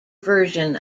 version